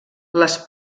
les